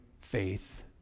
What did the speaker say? faith